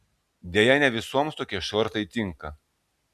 deja ne visoms tokie šortai tinka